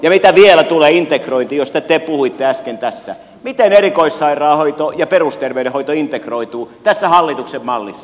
mitä vielä tule integrointiin josta te puhuitte äsken tässä miten erikoissairaanhoito ja perusterveydenhoito integroituvat tässä hallituksen mallissa